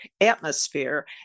atmosphere